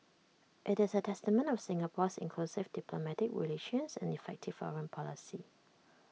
IT is A testament of Singapore's inclusive diplomatic relations and effective foreign policy